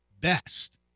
best